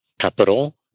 capital